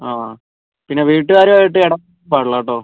ആ പിന്നെ വീട്ടുകാരുമായിട്ട് ഇടപഴകാൻ പാടില്ല കേട്ടൊ